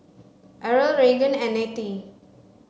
Irl Raegan and Nettie